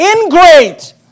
ingrate